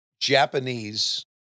Japanese